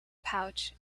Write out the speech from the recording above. pouch